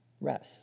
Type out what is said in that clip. rest